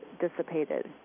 dissipated